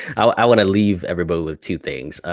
i wanna leave everybody with two things.